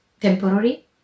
temporary